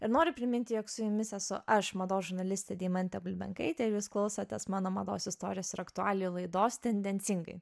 ir noriu priminti jog su jumis esu aš mados žurnalistė deimantė bulbenkaitė ir jūs klausotės mano mados istorijos ir aktualijų laidos tendencingai